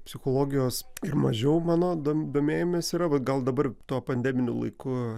psichologijos ir mažiau mano do domėjimesi yra gal dabar tuo pandeminiu laiku